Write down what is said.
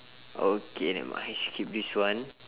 okay never mind skip this one